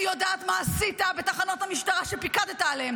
אני יודעת מה עשית בתחנת המשטרה שפיקדת עליה,